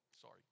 Sorry